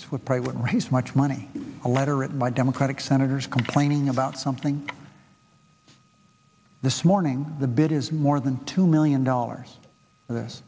this would probably would raise much money a letter written by democratic senators complaining about something this morning the bid is more than two million dollars for this